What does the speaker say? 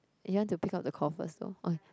you want to pick up the call first or